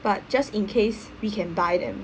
but just in case we can buy them